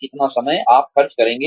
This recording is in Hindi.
कितना समय आप खर्च करेंगे